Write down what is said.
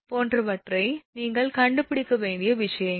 போன்றவை நீங்கள் கண்டுபிடிக்க வேண்டிய விஷயங்கள்